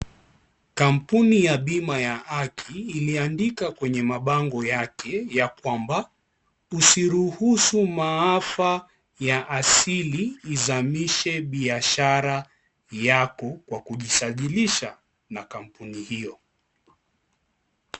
Kampuni ya bima ya haki iliandika kwenye mabango ya haki ya kuamba, usiruhusu maafa ya asili izamishe biashara yako kwa kujisajilisha na kampuni hiyo.